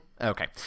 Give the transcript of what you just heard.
Okay